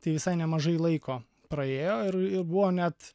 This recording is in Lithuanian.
tai visai nemažai laiko praėjo ir ir buvo net